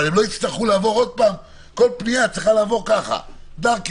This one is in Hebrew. מה שקורה זה שכל פנייה צריכה לעבור דרככם